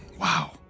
Wow